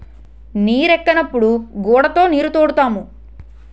నీరెక్కనప్పుడు గూడతో నీరుతోడుతాము